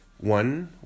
one